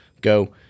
go